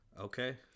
Okay